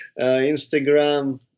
instagram